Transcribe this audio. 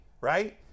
right